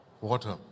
water